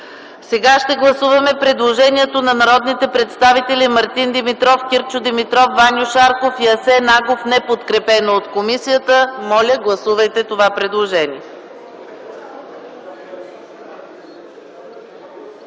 на гласуване предложението на народните представители Мартин Димитров, Кирчо Димитров, Ваньо Шарков и Асен Агов, неподкрепено от комисията. Моля, гласувайте това предложение.